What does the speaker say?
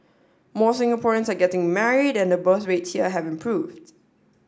more Singaporeans are getting married and birth rates here have improved